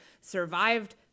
survived